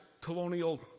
colonial